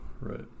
right